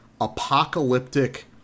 apocalyptic